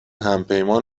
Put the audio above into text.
همپیمان